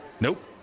Nope